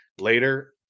later